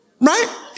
Right